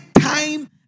time